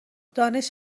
دانش